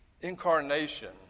incarnation